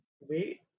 wait